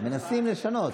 מנסים לשנות.